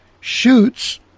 shoots